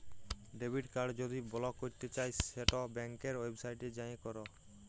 debit card যদি বলক ক্যরতে চাই সেট ব্যাংকের ওয়েবসাইটে যাঁয়ে ক্যর